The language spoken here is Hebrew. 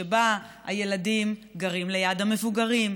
שבה הילדים גרים ליד המבוגרים,